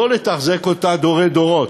לא לתחזק אותה דורי-דורות,